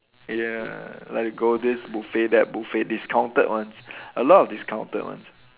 ya like we go this buffet that buffet discounted ones a lot of discounted ones